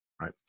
Right